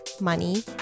money